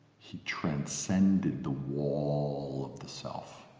he transcended the wall of the self